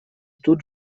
тут